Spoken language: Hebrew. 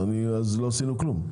אז לא עשינו כלום.